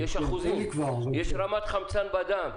יש רמת חמצן בדם.